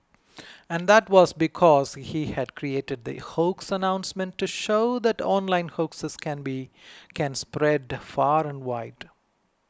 and that was because he had created the hoax announcement to show that online hoaxes can be spread far and wide